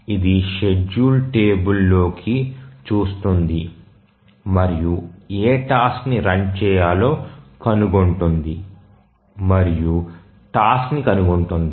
ఇది షెడ్యూల్ టేబుల్లోకి చూస్తుంది మరియు ఏ టాస్క్ ని రన్ చేయాలో కనుగొంటుంది మరియు టాస్క్ ని కనుగొంటుంది